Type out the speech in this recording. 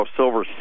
silver